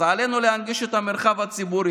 אז עלינו להנגיש את המרחב הציבורי.